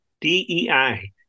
DEI